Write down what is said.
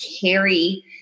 carry